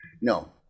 no